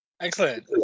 Excellent